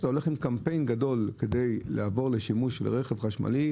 כשאתה יוצא עם קמפיין גדול כדי לעבור לשימוש ברכב חשמלי,